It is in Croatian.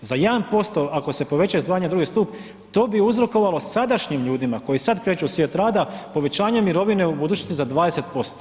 Za 1% ako se povećaju izdvajanja u drugi stup to bi uzrokovalo sadašnjim ljudima koji sada kreću u svijet rada povećanje mirovine u budućnosti za 20%